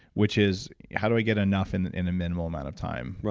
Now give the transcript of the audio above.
which is how do i get enough in in a minimal amount of time? right.